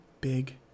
big